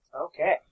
Okay